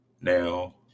Now